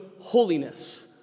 holiness